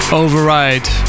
override